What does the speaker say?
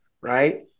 right